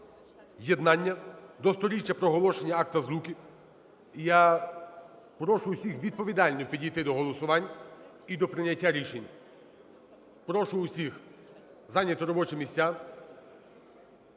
Єднання до 100-річчя проголошення Акта Злуки. І я прошу всіх відповідально підійти до голосувань і до прийняття рішень. Прошу всіх зайняти робочі місця,